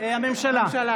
(קוראת בשמות